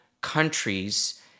countries